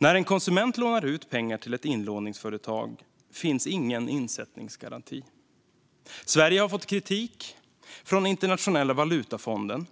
När en konsument lånar ut pengar till ett inlåningsföretag finns ingen insättningsgaranti. Stärkt konsument-skydd på inlånings-marknaden Sverige har fått kritik från Internationella valutafonden